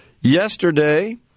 yesterday